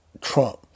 Trump